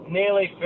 nearly